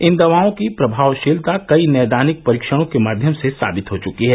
इन दवाओं की प्रभावशीलता कई नैदानिक परीक्षणों के माध्यम से साबित हो चुकी है